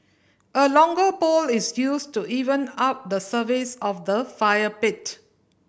a longer pole is used to even out the surface of the fire pit